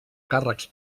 càrrecs